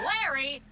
Larry